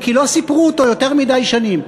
כי לא סיפרו אותו יותר מדי שנים.